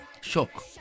shock